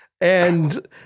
and-